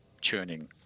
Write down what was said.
churning